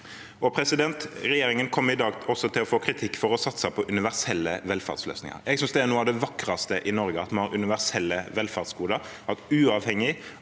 osv. Regjeringen kommer i dag også til å få kritikk for å satse på universelle velferdsløsninger. Jeg synes det er noe av det vakreste i Norge, at vi har universelle velferdsgoder,